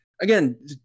again